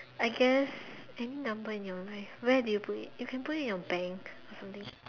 I guess any number in your life where do you put it you can put it in your bank or something